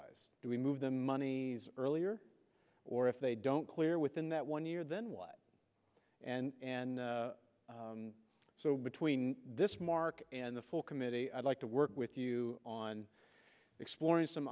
do we move the monies earlier or if they don't clear within that one year then what and and so between this mark and the full committee i'd like to work with you on exploring some